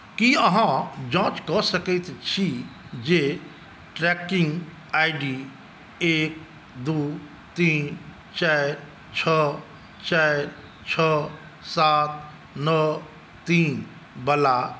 की अहाँ जांच कऽ सकैत छी जे ट्रैकिंग आई डी एक दू तीन चारि छओ चारि छओ सात नओ तीन बला